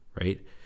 right